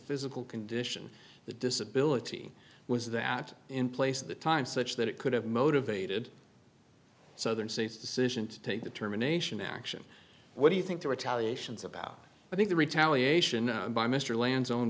physical condition the disability was that in place at the time such that it could have motivated so the state's decision to take determination action what do you think the retaliations about i think the retaliation by mr land's own